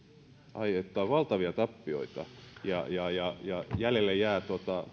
aiheuttaa valtavia tappioita ja ja jäljelle jää